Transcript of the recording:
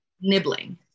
nibbling